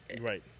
Right